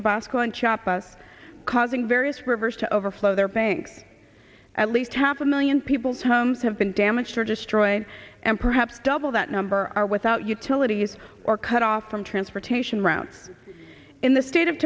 tabasco and chop us causing various rivers to overflow their banks at least half a million people's homes have been damaged or destroyed and perhaps double that number are without utilities or cut off from transportation routes in the state of